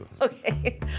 Okay